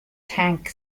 tank